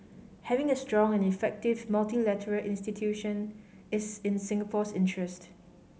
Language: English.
having a strong and effective multilateral institution is in Singapore's interest